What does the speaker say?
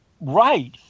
right